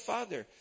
Father